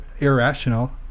irrational